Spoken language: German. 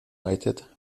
united